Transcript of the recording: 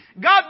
God